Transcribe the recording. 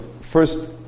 first